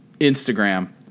Instagram